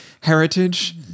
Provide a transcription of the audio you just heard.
heritage